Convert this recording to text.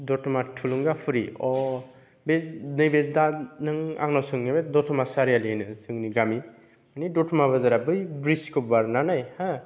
दतमा थुलुंगाफुरि अ बे नैबे दा नों आंनाव सोंनाय बायदि दतमा सारियालिनो जोंनि गामि माने दतमा बाजारा बै ब्रिजखौ बारनानै हा